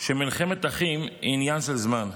שמלחמת אחים היא עניין של זמן.